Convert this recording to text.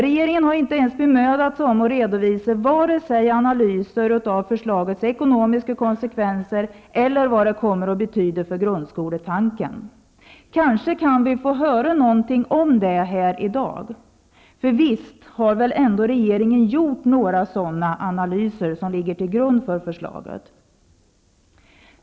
Regeringen har inte ens bemödat sig om att redovisa vare sig analyser av förslagets ekonomiska konsekvenser eller vad det kommer att betyda för grundskoletanken. Kanske kan vi få höra något om detta här i dag. För visst har väl ändå regeringen gjort några sådana analyser som ligger till grund för förslaget?